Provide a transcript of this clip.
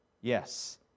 Yes